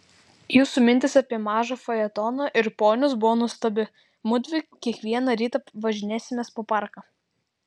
jūsų mintis apie mažą fajetoną ir ponius buvo nuostabi mudvi kiekvieną rytą važinėsimės po parką